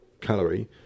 calorie